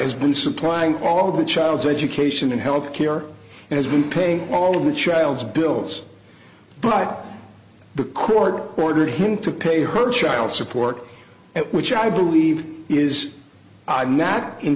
has been supplying all of the child's education and health care and has been paying all of the child's bills but the court ordered him to pay her child support which i believe is not in